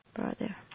brother